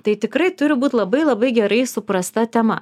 tai tikrai turi būt labai labai gerai suprasta tema